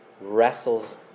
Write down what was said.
wrestles